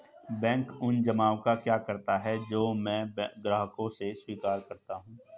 Bank उन जमाव का क्या करता है जो मैं ग्राहकों से स्वीकार करता हूँ?